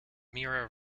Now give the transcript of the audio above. mira